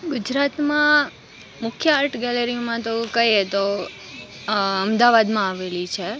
ગુજરાતમાં મુખ્ય આર્ટ ગેલેરીમાં તો કહીએ તો અમદાવાદમાં આવેલી છે